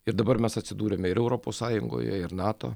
ir dabar mes atsidūrėme ir europos sąjungoje ir nato